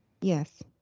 yes